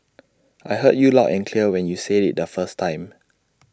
I heard you loud and clear when you said IT the first time